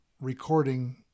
recording